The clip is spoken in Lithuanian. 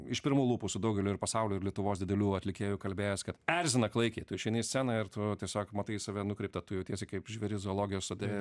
iš pirmų lūpų su daugeliu ir pasaulio ir lietuvos didelių atlikėjų kalbėjęs kad erzina klaikiai tu išeini į sceną ir tu tiesiog matai į save nukreiptą tu jautiesi kaip žvėris zoologijos sode